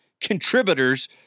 contributors